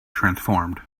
transformed